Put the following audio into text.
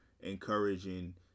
Encouraging